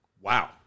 Wow